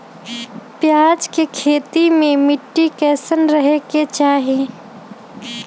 प्याज के खेती मे मिट्टी कैसन रहे के चाही?